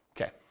Okay